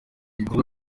ibikorwa